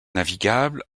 navigables